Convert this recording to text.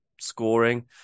scoring